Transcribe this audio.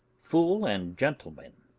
fool, and gentleman.